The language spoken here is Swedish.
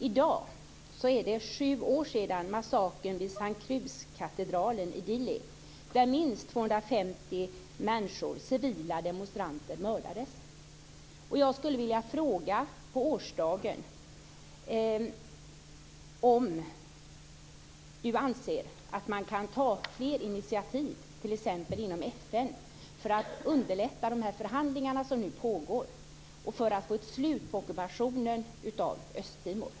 I dag är det sju år sedan massakern vid St Cruskatedralen i Dili där minst 250 människor, civila demonstranter, mördades. Jag skulle på årsdagen av denna händelse vilja fråga om utrikesministern anser att man kan ta fler initiativ t.ex. inom FN för att underlätta de förhandlingar som nu pågår och för att få ett slut på ockupationen av Östtimor.